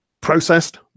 processed